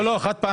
החד-פעמי.